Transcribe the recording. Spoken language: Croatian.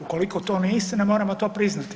Ukoliko to nije istina, moramo to priznati.